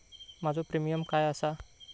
माझो प्रीमियम काय आसा?